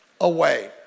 away